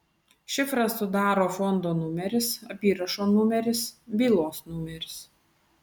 šifrą sudaro fondo numeris apyrašo numeris bylos numeris